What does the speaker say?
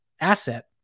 asset